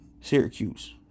Syracuse